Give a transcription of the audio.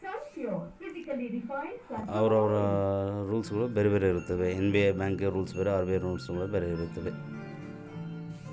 NBFC ಬ್ಯಾಂಕುಗಳು RBI rules ಗಳು ಬದ್ಧವಾಗಿ ಇರುತ್ತವೆಯ?